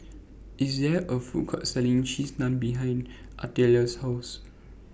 There IS A Food Court Selling Cheese Naan behind Artelia's House